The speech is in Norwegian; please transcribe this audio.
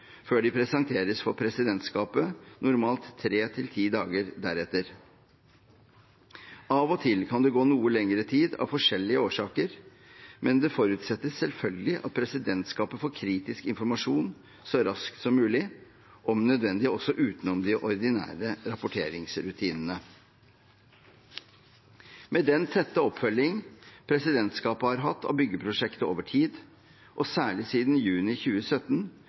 før de presenteres for presidentskapet normalt tre–ti dager deretter. Av og til kan det gå noe lengre tid av forskjellige årsaker, men det forutsetter selvfølgelig at presidentskapet får kritisk informasjon så raskt som mulig og om nødvendig også utenom de ordinære rapporteringsrutinene. Med den tette oppfølging presidentskapet har hatt av byggeprosjektet over tid, og særlig siden juni 2017,